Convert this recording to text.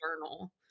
journal